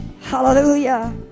Hallelujah